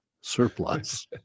surplus